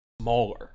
smaller